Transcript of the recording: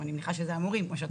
אני מניחה שזה המורים.